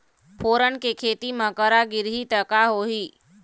फोरन के खेती म करा गिरही त का होही?